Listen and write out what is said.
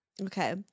okay